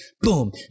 Boom